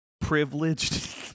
privileged